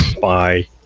Bye